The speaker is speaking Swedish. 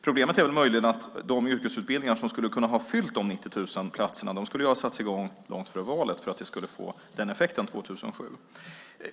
Problemet är möjligen att de yrkesutbildningar som skulle ha kunnat fylla de 90 000 platserna skulle ha satts i gång långt före valet för att det skulle ha fått den effekten 2007.